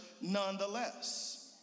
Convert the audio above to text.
nonetheless